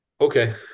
okay